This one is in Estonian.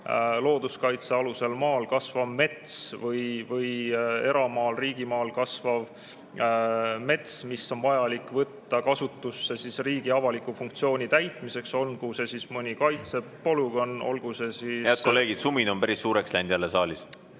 looduskaitsealusel maal kasvav mets või eramaal või riigimaal kasvav mets, mis on vaja võtta kasutusse riigi avaliku funktsiooni täitmiseks, olgu see mõni kaitsepolügoon, olgu see ...